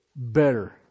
better